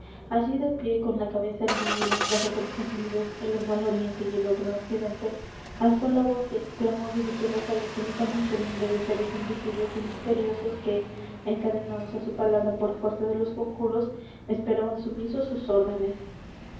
allí de pie con la cabeza erguida y los brazos extendidos el uno al oriente y el otro al occidente alzó la voz y exclamó dirigiéndose á la infinita muchedumbre de seres invisibles y misteriosos que encadenados á su palabra por la fuerza de los conjuros esperaban sumisos sus órdenes